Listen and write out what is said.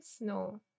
No